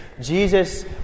Jesus